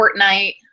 Fortnite